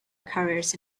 carriers